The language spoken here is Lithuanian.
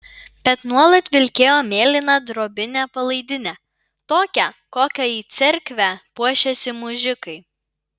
bet nuolat vilkėjo mėlyną drobinę palaidinę tokią kokia į cerkvę puošiasi mužikai